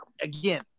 again